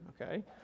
okay